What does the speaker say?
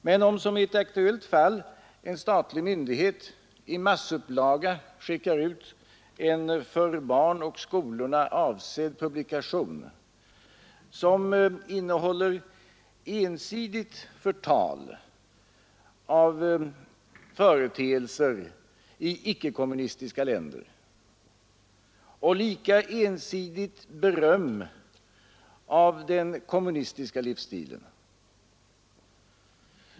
Men i ett aktuellt fall har en statlig myndighet i massupplaga skickat ut en för barn och skolor avsedd publikation som innehåller ensidigt förtal av företeelser i icke kommunistiska länder och lika ensidigt beröm av den kommunistiska livsstilen.